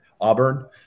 Auburn